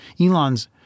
Elon's